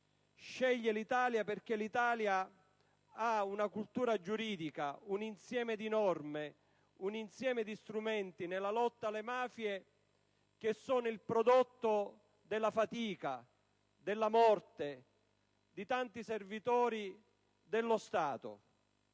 fa - proprio perché il nostro Paese ha una cultura giuridica, un insieme di norme e di strumenti nella lotta alle mafie, che sono il prodotto della fatica e della morte di tanti servitori dello Stato,